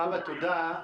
תודה.